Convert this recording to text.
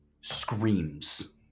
screams